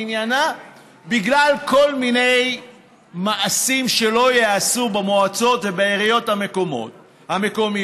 בגלל כל מיני מעשים שלא ייעשו במועצות ובעיריות המקומיות,